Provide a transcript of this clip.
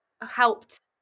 helped